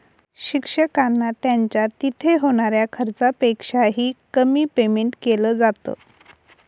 शिक्षकांना त्यांच्या तिथे होणाऱ्या खर्चापेक्षा ही, कमी पेमेंट केलं जात